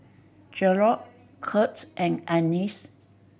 Jarrod Curts and Anice